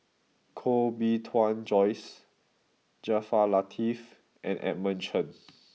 Koh Bee Tuan Joyce Jaafar Latiff and Edmund Chen